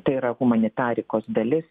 tai yra humanitarikos dalis